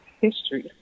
history